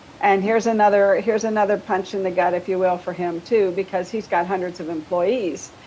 and here's another here's another punch in the gut, if you will, for him too, because he's got hundreds of employees.